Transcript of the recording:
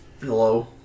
Hello